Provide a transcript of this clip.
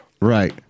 Right